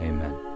Amen